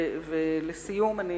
ולסיום אני